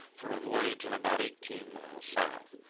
for a voyage of about eighteen miles south,